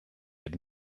had